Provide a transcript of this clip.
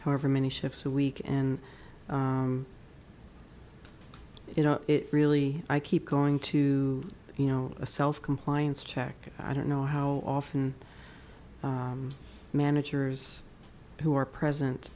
however many shifts a week and you know it really i keep going to you know a self compliance check i don't know how often managers who are present